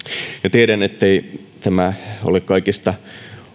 tiedän ettei tämä ole kaikista